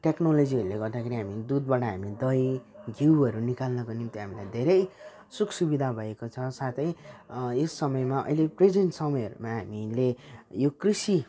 टेक्नोलोजीहरूले गर्दाखेरि हामी दुधबाट हामी दही घिउहरू निकाल्नको निम्ति हामीलाई धेरै सुखसुविधा भएको छ साथै यस समयमा अहिले प्रेजेन्ट समयहरूमा हामीले यो कृषि